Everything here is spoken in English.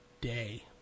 day